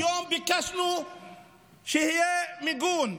יום-יום ביקשנו שיהיה מיגון.